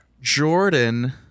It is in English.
Jordan